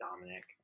Dominic